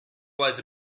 was